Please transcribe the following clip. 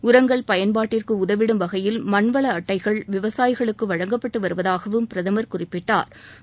உரங்கள் பயன்பாட்டிற்கு உதவிடும் வகையில் மண்வள அட்டைகள் விவசாயிகளுக்கு வழங்கப்பட்டு வருவதாகவும் பிரதமர் குறிப்பிட்டா்